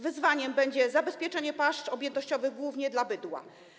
Wyzwaniem będzie zabezpieczenie pasz objętościowych, głównie dla bydła.